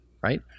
right